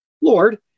Lord